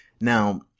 Now